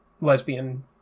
lesbian